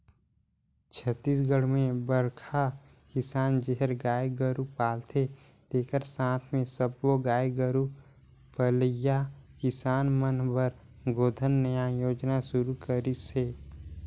छत्तीसगढ़ में बड़खा किसान जेहर गाय गोरू पालथे तेखर साथ मे सब्बो गाय गोरू पलइया किसान मन बर गोधन न्याय योजना सुरू करिस हे